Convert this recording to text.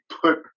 put